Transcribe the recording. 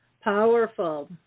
Powerful